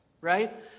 right